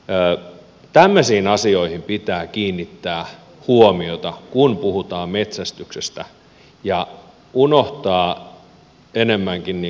tämmöisiin asioihin pitää kiinnittää huomiota kun puhutaan metsästyksestä ja unohtaa enemmänkin se